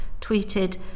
tweeted